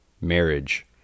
marriage